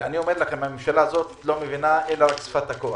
לצערנו הממשלה הזאת לא מבינה אלא את שפת הכוח.